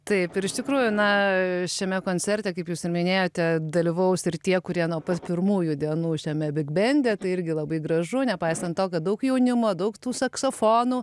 taip ir iš tikrųjų na šiame koncerte kaip jūs minėjote dalyvaus ir tie kurie nuo pat pirmųjų dienų šiame bigbende tai irgi labai gražu nepaisant to kad daug jaunimo daug tų saksofonų